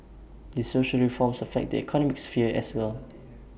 these social reforms affect the economic sphere as well